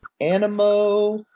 Animo